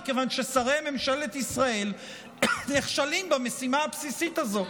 מכיוון ששרי ממשלת ישראל נכשלים במשימה הבסיסית הזו.